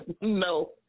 No